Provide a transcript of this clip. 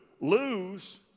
lose